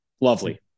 lovely